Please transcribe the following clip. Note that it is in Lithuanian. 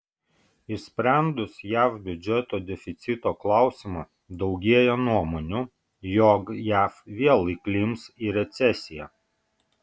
išsprendus jav biudžeto deficito klausimą daugėja nuomonių jog jav vėl įklimps į recesiją